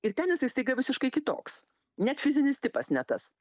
ir ten jisai staiga visiškai kitoks net fizinis tipas ne tas